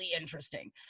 interesting